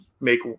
make